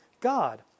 God